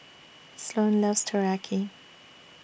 Sloane loves Teriyaki